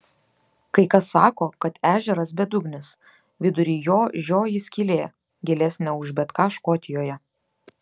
kai kas sako kad ežeras bedugnis vidury jo žioji skylė gilesnė už bet ką škotijoje